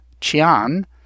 Chian